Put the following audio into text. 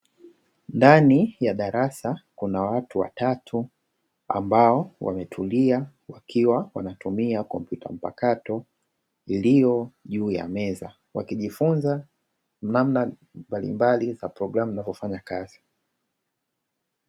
Ndani ya darasa, kuna watu watatu ambao wametulia wakiwa wanatumia kompyuta mpakato iliyo juu ya meza. Wakijifunza namna mbalimbali za programu zinavyofanya kazi.